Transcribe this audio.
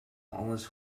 almost